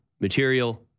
material